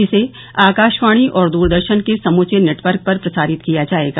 इसे आकाशवाणी और दूरदर्शन के समूचे नेटवर्क पर प्रसारित किया जाएगा